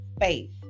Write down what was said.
faith